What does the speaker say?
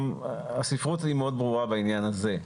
הספרות היא מאוד ברורה בעניין הזה,